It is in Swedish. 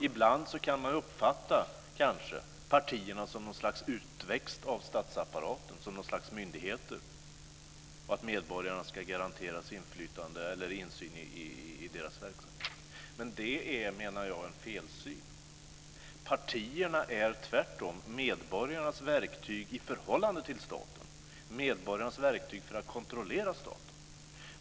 Ibland kan man kanske uppfatta partierna som något slags utväxt av statsapparaten, som något slags myndigheter, och att medborgarna ska garanteras insyn i deras verksamhet. Men det är, menar jag, en felsyn. Partierna är tvärtom medborgarnas verktyg i förhållande till staten, medborgarnas verktyg för att kontrollera staten.